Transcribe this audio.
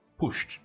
pushed